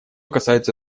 касается